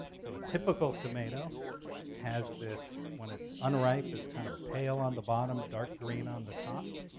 so a typical tomato has this when it's unripe, it's kind of pale on the bottom, dark green on the top.